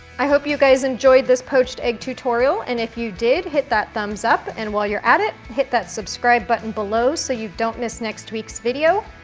i hope you guys enjoyed this poached egg tutorial, and if you did, hit that thumbs up and while you're at it hit that subscribe button below so you don't miss next week's video,